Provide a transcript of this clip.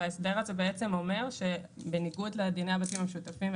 וההסדר הזה אומר שבניגוד לדיני הבתים המשותפים,